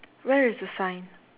where is the sign